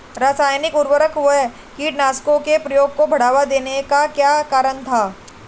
रासायनिक उर्वरकों व कीटनाशकों के प्रयोग को बढ़ावा देने का क्या कारण था?